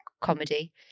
comedy